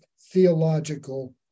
Theological